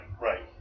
right